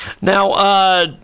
Now